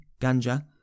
Ganja